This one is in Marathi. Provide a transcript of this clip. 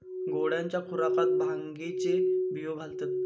घोड्यांच्या खुराकात भांगेचे बियो घालतत